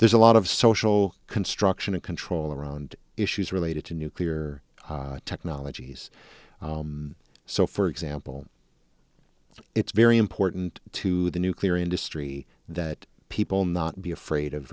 there's a lot of social construction and control around issues related to nuclear technologies so for example it's very important to the nuclear industry that people not be afraid of